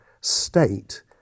state